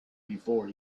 before